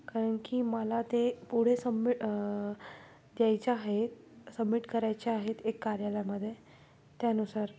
कारण की मला ते पुढे सबमिट द्यायचं आ सबमिट करायचे आहेत एक कार्यालयामध्ये त्यानुसार